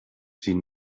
sie